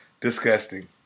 disgusting